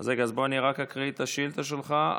אני רק אקריא את השאילתה שלך: